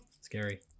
Scary